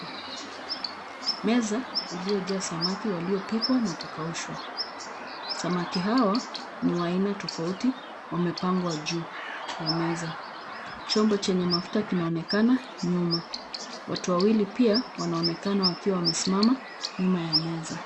Meza iliyojaa samaki waliopikwa na kukaushwa. Samaki hawa ni wa aina tofauti. Wamepangwa juu ya meza. Chombo chenye mafuta kinaonekana nyuma. Watu wawili pia wanaonekana wakiwa wamesimama nyuma ya meza.